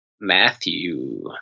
Matthew